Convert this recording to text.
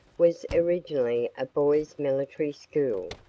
was originally a boys' military school,